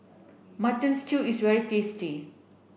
mutton stew is very tasty